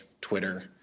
Twitter